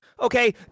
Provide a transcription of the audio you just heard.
Okay